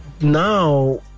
now